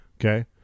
Okay